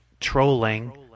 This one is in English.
trolling